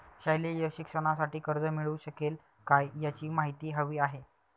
शालेय शिक्षणासाठी कर्ज मिळू शकेल काय? याची माहिती हवी आहे